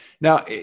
Now